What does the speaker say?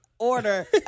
Order